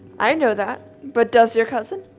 i know that but does your cousin?